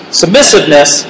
submissiveness